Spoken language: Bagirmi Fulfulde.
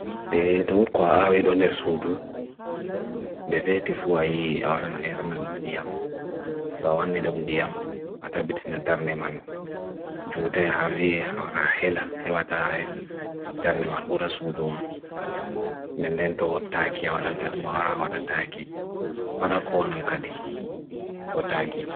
ʻe ʻetʻu ʻut kwa awi duner sudu ʻdefetifu awi awarana ʻernadun ʻdiam ʻtawani ʻdun ʻdiam ʻata bitina ʻderneman ʻju ʻtai ʻawee awarahela ʻewa ʻtawai ʻderneman ura sudu waan ʻden ʻen ʻto ʻotāki awarana ʻdernemo ʻawarana ʻtawaki ʻawada ʻkona ʻlkadi ʻotāki